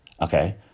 Okay